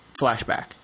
flashback